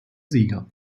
sieger